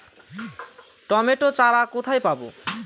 Tomato চারা কোথায় পাবো?